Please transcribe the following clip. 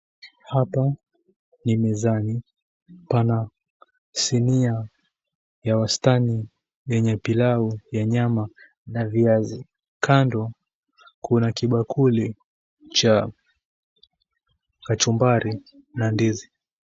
Hapa ni mezani pana sinia ya wastani yenye pilau ya nyama na viazi. Kando kuna kibakuli cha kachumbari na ndizi.